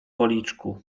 policzku